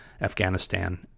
Afghanistan